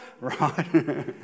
right